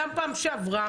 גם פעם שעברה,